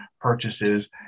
purchases